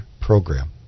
program